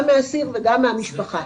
גם מהאסיר וגם מהמשפחה.